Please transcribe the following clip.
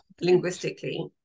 linguistically